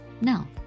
Now